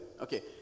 Okay